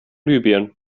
libyen